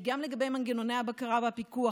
גם לגבי מנגנוני הבקרה והפיקוח,